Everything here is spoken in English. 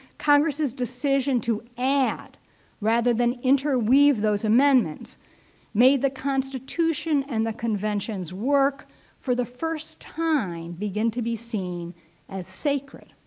congress's decision to add rather than interweave those amendments made the constitution and the conventions work for the first time begin to be seen as sacred.